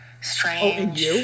strange